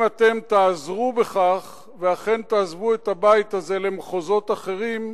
אם אתם תעזרו בכך ואכן תעזבו את הבית הזה למחוזות אחרים,